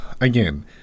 again